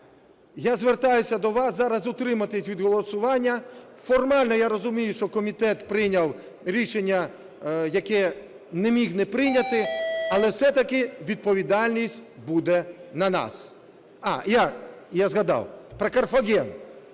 я звертаюсь до вас зараз утриматися від голосування. Формально я розумію, що комітет прийняв рішення, яке не міг не прийняти, але все-таки відповідальність буде на нас. А, і я згадав, про Карфаген,